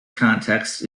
context